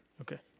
Okay